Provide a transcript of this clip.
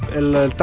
in the